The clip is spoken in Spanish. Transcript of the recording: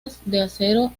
acero